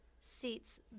seats